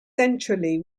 centrally